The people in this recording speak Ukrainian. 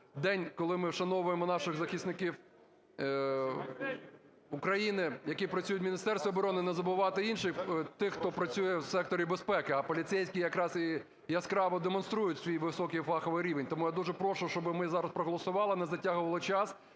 день, коли ми вшановуємо наших захисників України, які працюють в Міністерстві оборони, не забувати інших, тих, хто працює в секторі безпеки, а поліцейські якраз і яскраво демонструють свій високий фаховий рівень. Тому я дуже прошу, щоби ми зараз проголосувати, не затягували час